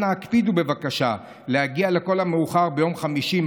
אנא הקפידו בבקשה להגיע לכל המאוחר ביום חמישי,